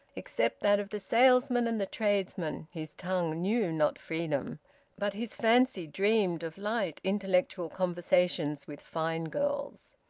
except that of the salesman and the tradesman his tongue knew not freedom but his fancy dreamed of light, intellectual conversations with fine girls.